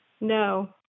No